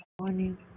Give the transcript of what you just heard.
morning